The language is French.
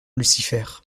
lucifer